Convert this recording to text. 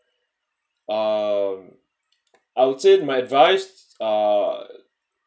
um I would say my advice uh